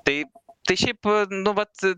tai tai šiaip nu vat